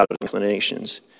inclinations